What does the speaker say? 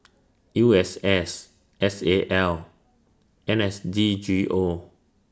U S S S A L N S D G O